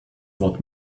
what